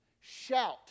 shout